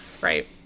right